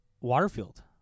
Waterfield